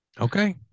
Okay